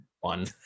one